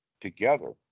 together